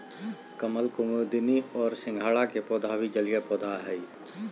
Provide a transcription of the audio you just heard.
कमल, कुमुदिनी और सिंघाड़ा के पौधा भी जलीय पौधा हइ